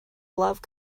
love